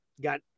got